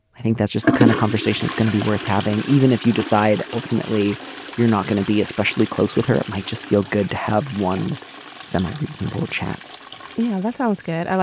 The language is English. i think that's just the kind of conversation it's going to be worth having even if you decide ultimately you're not going to be especially close with her it might just feel good to have one semi reasonable chat yeah that sounds good.